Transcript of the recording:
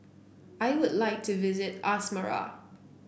I would like to visit Asmara